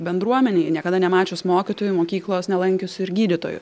bendruomenėj niekada nemačius mokytojų mokyklos nelankiusių ir gydytojų